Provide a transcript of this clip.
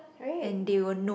right